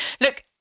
Look